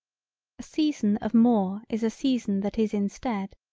a season of more is a season that is instead.